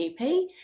GP